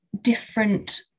different